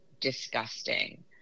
disgusting